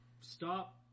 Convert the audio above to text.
stop